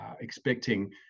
expecting